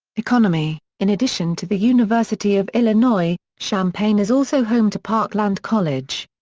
economy in addition to the university of illinois, champaign is also home to parkland college.